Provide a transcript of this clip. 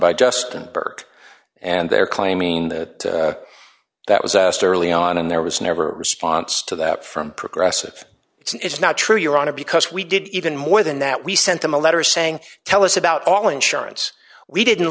justin burke and they're claiming that that was asked early on and there was never a response to that from progressive it's not true your honor because we did even more than that we sent them a letter saying tell us about all insurance we didn't